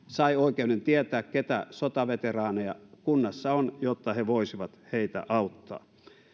sai oikeuden tietää keitä sotaveteraaneja kunnassa on jotta he voisivat heitä auttaa